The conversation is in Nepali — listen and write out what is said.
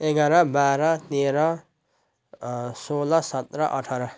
एघार बाह्र तेह्र सोह्र सत्र अठार